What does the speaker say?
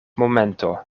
momento